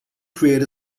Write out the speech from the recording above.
create